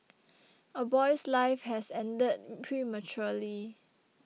a boy's life has ended prematurely